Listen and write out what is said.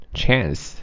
chance